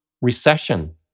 recession